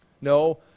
No